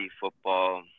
football